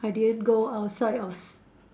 I didn't go outside of s~